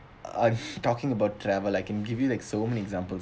I'm talking about travel I can give you like so many examples